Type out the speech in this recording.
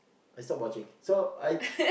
I stopped watching so I